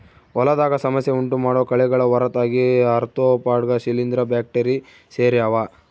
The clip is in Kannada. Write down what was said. ಹೊಲದಾಗ ಸಮಸ್ಯೆ ಉಂಟುಮಾಡೋ ಕಳೆಗಳ ಹೊರತಾಗಿ ಆರ್ತ್ರೋಪಾಡ್ಗ ಶಿಲೀಂಧ್ರ ಬ್ಯಾಕ್ಟೀರಿ ಸೇರ್ಯಾವ